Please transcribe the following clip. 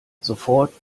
sofort